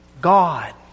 God